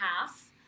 half